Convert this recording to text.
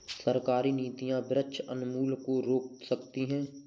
सरकारी नीतियां वृक्ष उन्मूलन को रोक सकती है